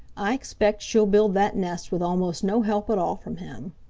i expect she'll build that nest with almost no help at all from him.